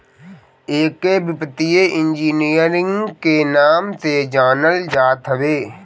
एके वित्तीय इंजीनियरिंग के नाम से जानल जात हवे